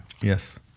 Yes